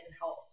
health